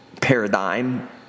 paradigm